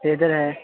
आहे